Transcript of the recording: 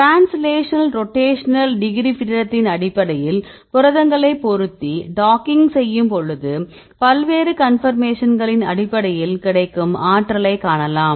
translational rotational degree ஃப்ரீடத்தின் அடிப்படையில் புரதங்களைப் பொருத்தி டாக்கிங் செய்யும் பொழுது பல்வேறு கன்பர்மேஷன்களின் அடிப்படையில் கிடைக்கும் ஆற்றலை காணலாம்